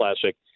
Classic